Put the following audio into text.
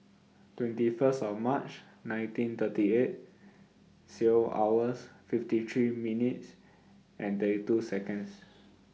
twenty First of March nineteen thirty eight C O hours fifty three minutes and thirty two Seconds